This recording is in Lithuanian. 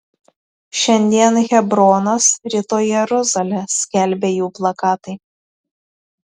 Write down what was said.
šiandien hebronas rytoj jeruzalė skelbė jų plakatai